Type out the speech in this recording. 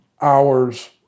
hours